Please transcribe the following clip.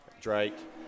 Drake